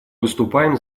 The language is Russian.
выступаем